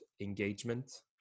engagement